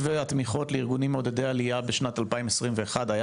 התמיכות לארגונים מעודדי עלייה בשנת 2021 היה